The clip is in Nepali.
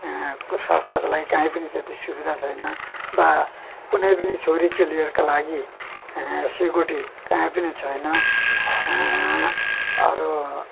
स्वास्थ्यको लागि कहीँ पनि त्यति सुविधा छैन वा कुनै पनि छोरीचेलीहरूका लागि सेक्युरिटी कहीँ पनि छैन अरू